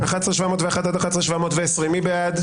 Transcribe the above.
11,701 עד 11,720, מי בעד?